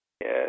Yes